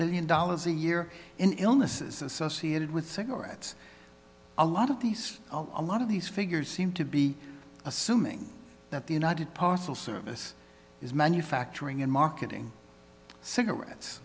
billion dollars a year and illnesses associated with cigarettes a lot of these a lot of these figures seem to be assuming that the united parcel service is manufacturing and marketing cigarettes